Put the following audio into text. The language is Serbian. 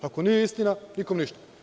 Ako nije istina, nikom ništa.